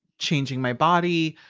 changing my body,